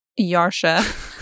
Yarsha